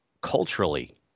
culturally